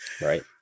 Right